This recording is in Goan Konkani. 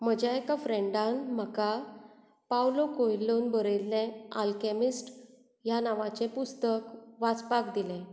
म्हज्या एका फ्रँडान म्हाका पाउलू कुएलोन बरयल्लें आल्कायमिस्ट ह्या नांवाचें पुस्तक वाचपाक दिलें